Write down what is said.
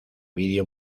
vídeo